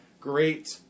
great